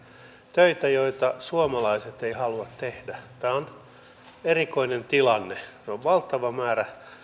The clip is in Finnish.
töitä joita suomalaiset eivät halua tehdä tämä on erikoinen tilanne meillä on valtava määrä